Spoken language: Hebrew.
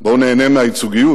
בואו ניהנה מהייצוגיות.